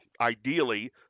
ideally